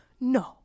no